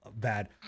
bad